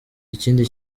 ikindi